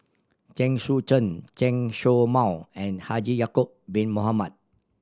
Chen Sucheng Chen Show Mao and Haji Ya'acob Bin Mohamed